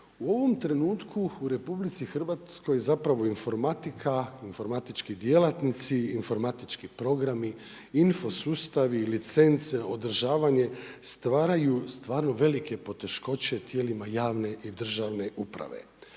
U ovom trenutku u RH, informatika, informatički djelatnici, informatički programi, info sustavi, licence, održavanje, stvaranju stvarno velike teškoće tijelima javne i državne uprave.